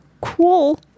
cool